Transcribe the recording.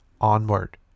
onward